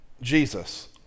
Jesus